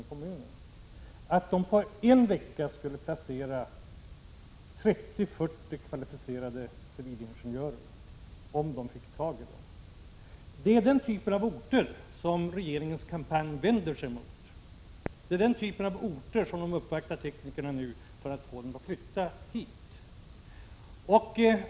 Dessa förklarade att de på en vecka skulle kunna placera 30—40 kvalificerade civilingenjörer, om de fick tag på sådana. Det är denna typ av orter som regeringens kampanj vänder sig mot och där man nu uppvaktar tekniker för att få dem att flytta hit till Stockholm.